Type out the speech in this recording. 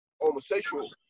homosexual